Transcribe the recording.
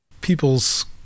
people's